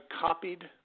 copied